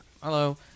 Hello